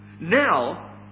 now